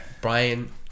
Brian